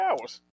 hours